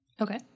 Okay